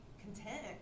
content